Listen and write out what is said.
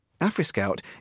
AfriScout